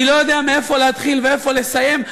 אני לא יודע איפה להתחיל ואיפה לסיים.